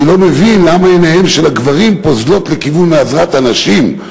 אני לא מבין למה עיניהם של הגברים פוזלות לכיוון עזרת הנשים.